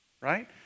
right